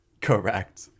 Correct